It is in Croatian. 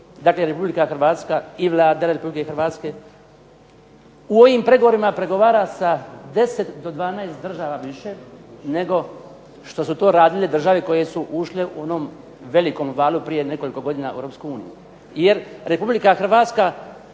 dakle Republika Hrvatska i Vlada Republike Hrvatske u ovim pregovorima pregovara sa 10 od 12 država više nego što su to radile države koje su ušle u onom velikom valu prije nekoliko godina u Europsku uniju. Jer Republika Hrvatska